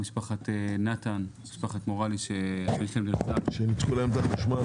שמשפחת נתן מורלי --- ניתקו להם את החשמל.